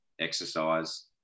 exercise